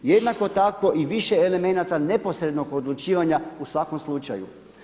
Jednako tako i više elemenata neposrednog odlučivanja u svakom slučaju.